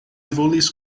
volis